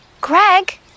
Greg